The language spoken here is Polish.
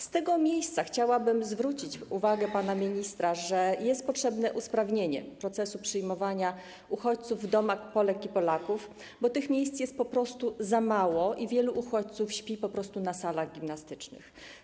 Z tego miejsca chciałabym zwrócić uwagę pana ministra, że jest potrzebne usprawnienie procesu przyjmowania uchodźców w domach Polek i Polaków, bo tych miejsc jest po prostu za mało i wielu uchodźców śpi np. w salach gimnastycznych.